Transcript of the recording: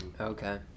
okay